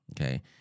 Okay